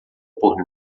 por